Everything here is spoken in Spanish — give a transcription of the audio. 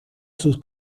sus